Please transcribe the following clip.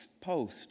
post